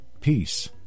peace